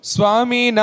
Swami